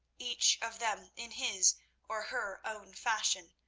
each of them in his or her own fashion,